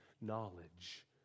knowledge